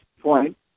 point